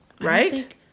right